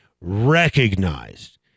recognized